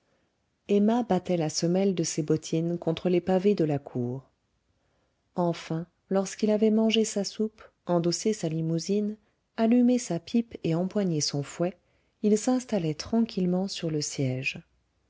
emma battait la semelle de ses bottines contre les pavés de la cour enfin lorsqu'il avait mangé sa soupe endossé sa limousine allumé sa pipe et empoigné son fouet il s'installait tranquillement sur le siège